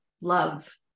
Love